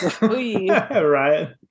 right